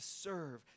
serve